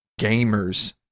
gamers